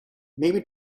maybe